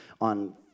on